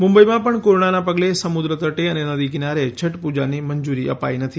મુંબઈમાં પણ કોરોનાના પગલે સમુદ્ર તટે અને નદી કિનારે છઠ પુજાની મંજૂરી અપાઈ નથી